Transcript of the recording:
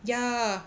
ya